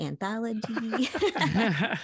anthology